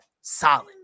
solid